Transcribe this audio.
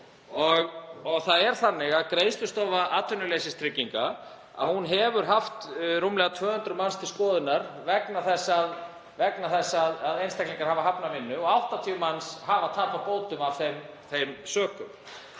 í ákveðinn tíma. Greiðslustofa atvinnuleysistrygginga hefur haft rúmlega 200 manns til skoðunar vegna þess að þeir hafa hafnað vinnu og 80 manns hafa tapað bótum af þeim sökum.